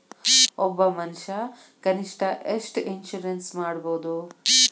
ಒಬ್ಬ ಮನಷಾ ಕನಿಷ್ಠ ಎಷ್ಟ್ ಇನ್ಸುರೆನ್ಸ್ ಮಾಡ್ಸ್ಬೊದು?